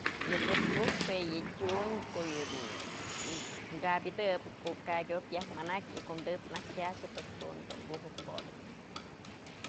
Yë të'ëts po'otë jue yë tyum ko'o yë kabyëdëb ko'o kakyë o'ok yaj manakë y ko'o të'ëts najtyë kyaxë pues jadun dun bujëp botëp.